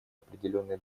определенные